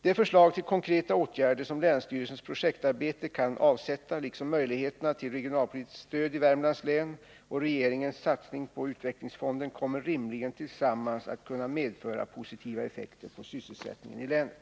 De förslag till konkreta åtgärder som länsstyrelsens projektarbete kan avsätta liksom möjligheterna till regionalpolitiskt stöd i Värmlands län och regeringens satsning på utvecklingsfonden kommer rimligen tillsammans att kunna medföra positiva effekter på sysselsättningen i länet.